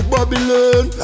Babylon